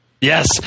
Yes